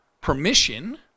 permission